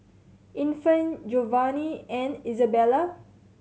Infant Jovanni and Isabela